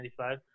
95